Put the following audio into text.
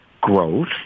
growth